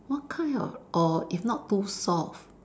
what kind of orh if not too soft